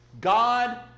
God